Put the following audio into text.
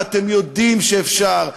ואתם יודעים שאפשר,